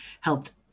helped